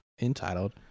entitled